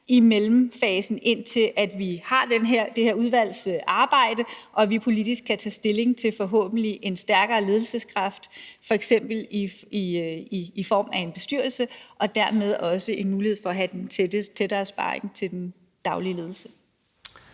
i mellemfasen, indtil vi har det her udvalgs arbejde og vi forhåbentlig politisk kan tage stilling til en stærkere ledelseskraft, f.eks. i form af en bestyrelse, og dermed også en mulighed for at have den tættere sparring til den daglige ledelse.